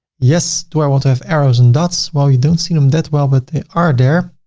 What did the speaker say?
yes. do i want to have arrows and dots? well you don't see them that well, but they are there.